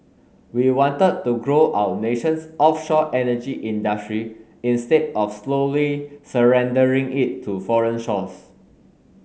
we wanted to grow our nation's offshore energy industry instead of slowly surrendering it to foreign shores